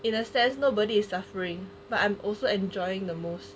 in a sense nobody is suffering but I'm also enjoying the most